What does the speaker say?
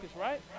right